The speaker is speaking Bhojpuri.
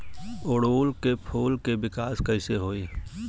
ओड़ुउल के फूल के विकास कैसे होई?